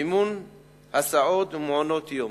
מימון הסעות ומעונות-יום.